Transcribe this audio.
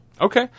Okay